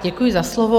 Děkuji za slovo.